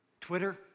Twitter